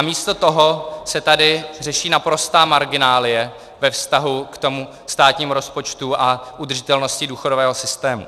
Místo toho se tady řeší naprostá marginálie ve vztahu ke státnímu rozpočtu a udržitelnosti důchodového systému.